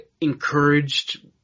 encouraged